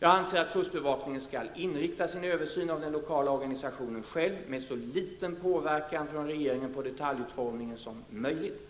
Jag anser att kustbevakningen skall inrikta sin översyn av den lokala organisationen själv med så liten påverkan från regeringen på detaljutformningen som möjligt.